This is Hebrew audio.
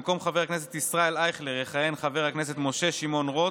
במקום חבר הכנסת ישראל אייכלר יכהן חבר הכנסת משה שמעון רוט,